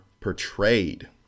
portrayed